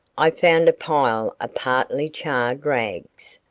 i found a pile of partly charred rags,